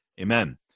Amen